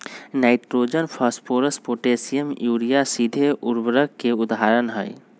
nitrogen, phosphorus, potassium, urea सीधे उर्वरक के उदाहरण हई